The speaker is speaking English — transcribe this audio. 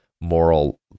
moral